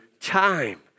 time